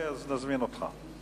אז נזמין אותך.